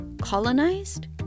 colonized